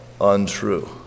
untrue